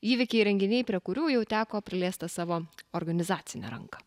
įvykiai renginiai prie kurių jau teko priliest tą savo organizacinę ranką